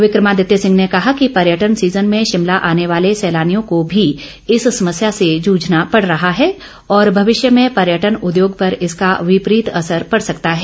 विक्रमादित्य सिंह ने कहा कि पर्यटन सीजन में शिमला आने वाले सैलानियों को भी इस समस्या से जूझना पड़ रहा है और भविष्य में पर्यटन उद्योग पर इसका विपरीत असर पड़ सकता है